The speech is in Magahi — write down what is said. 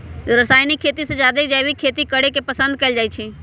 रासायनिक खेती से जादे जैविक खेती करे के पसंद कएल जाई छई